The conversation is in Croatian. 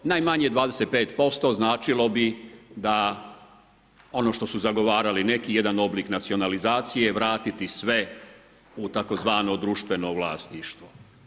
Najmanje 25% značilo bi da ono što su zagovarali neki, jedni oblik nacionalizacije vratiti sve u tzv. društveno vlasništvo.